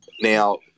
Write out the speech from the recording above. Now